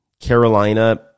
Carolina